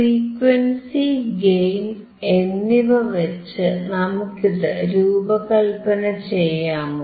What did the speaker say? frequency gain എന്നിവ വച്ച് നമുക്കിത് രൂപകല്പന ചെയ്യാമോ